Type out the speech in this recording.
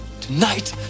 Tonight